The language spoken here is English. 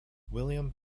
william